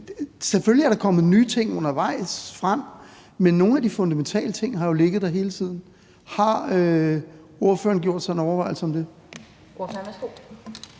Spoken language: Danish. Selvfølgelig er der kommet nye ting frem undervejs, men nogle af de fundamentale ting har jo ligget der hele tiden. Har ordføreren gjort sig nogle overvejelser om det?